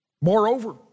Moreover